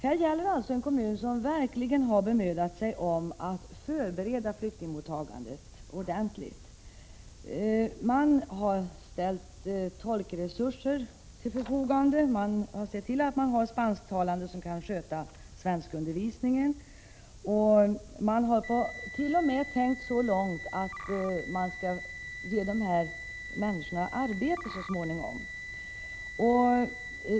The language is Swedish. Här gäller det en kommun som verkligen bemödat sig om att förbereda flyktingmottagandet ordentligt. Man har ställt tolkresurser till förfogande. Man har sett till att ha spansktalande som kan sköta svenskundervisningen, och man hart.o.m. tänkt så långt att man skall ge dessa människor arbete så småningom.